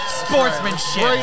sportsmanship